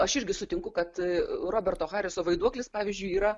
aš irgi sutinku kad roberto hariso vaiduoklis pavyzdžiui yra